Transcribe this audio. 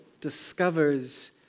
discovers